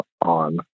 on